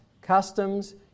customs